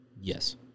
Yes